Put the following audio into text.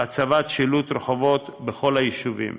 ושילוט רחובות בכל היישובים.